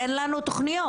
שאין לכם תוכניות.